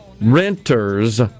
renters